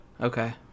okay